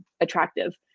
attractive